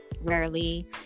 rarely